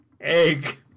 Egg